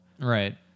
right